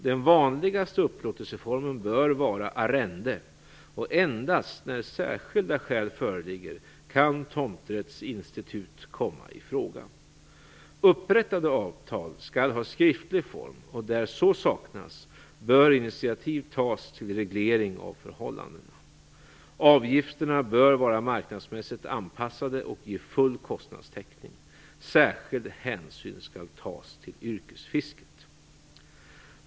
Den vanligaste upplåtelseformen bör vara arrende, och endast när särskilda skäl föreligger kan tomträttsinstitut komma ifråga. Upprättade avtal skall ha skriftlig form, och där så saknas bör initiativ tas till reglering av förhållandena. Avgifterna bör vara marknadsmässigt anpassade och ge full kostnadstäckning. Särskild hänsyn skall tas till yrkesfisket.